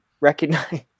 recognize